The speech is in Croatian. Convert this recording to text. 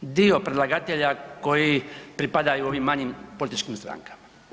dio predlagatelja koji pripadaju ovim manjim političkim strankama.